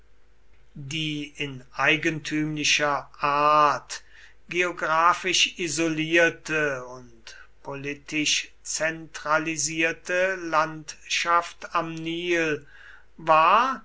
die in eigentümlicher art geographisch isolierte und politisch zentralisierte landschaft am nil war